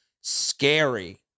scary